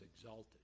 exalted